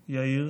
יאיר,